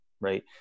right